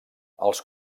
els